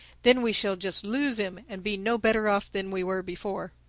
then we shall just lose him and be no better off than we were before.